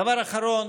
דבר אחרון,